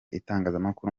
itangazamakuru